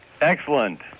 Excellent